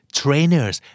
trainers